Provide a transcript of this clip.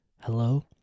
Hello